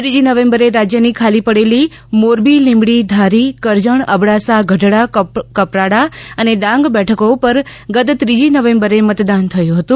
ત્રીજી નવેમ્બરે રાજ્યની ખાલી પડેલી મોરબી લીંબડી ધારી કરજણ અબડાસા ગઢડા કપરાડા અને ડાંગ બેઠકો ઉપર ગત ત્રીજી નવેમ્બરે મતદાન થયું હતુ